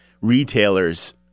retailers